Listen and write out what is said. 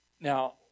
Now